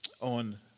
on